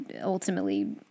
ultimately